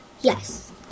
yes